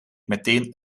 meteen